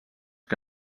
que